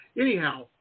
Anyhow